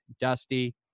Dusty